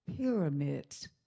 Pyramid's